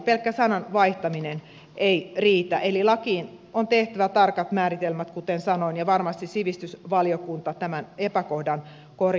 pelkkä sanan vaihtaminen ei riitä eli lakiin on tehtävä tarkat määritelmät kuten sanoin ja varmasti sivistysvaliokunta tämän epäkohdan korjaa